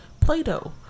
Play-Doh